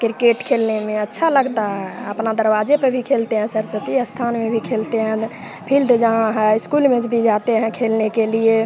cricket खेलने में अच्छा लगता है अपना दरवाजे पे भी खेलते हैं सरस्वती स्थान में भी खेलते हैं न फिल्ड जहाँ है इस्कूल में भी जाते हैं खेलने के लिए